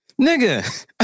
nigga